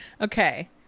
Okay